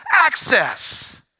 access